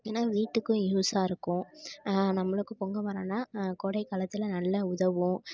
ஏன்னா வீட்டுக்கும் யூஸாகருக்கும் நம்மளுக்கும் பொங்க மரம்னால் கோடை காலத்தில் நல்லா உதவும்